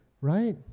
right